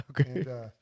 Okay